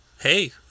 hey